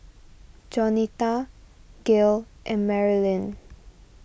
Jaunita Gail and Marylyn